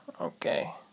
Okay